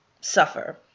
suffer